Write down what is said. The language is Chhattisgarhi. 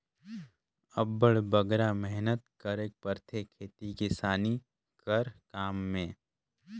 अब्बड़ बगरा मेहनत करेक परथे खेती किसानी कर काम में